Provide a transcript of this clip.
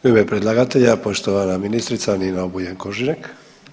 U ime predlagatelja poštovana ministrica Nina Obuljen Koržinek.